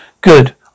Good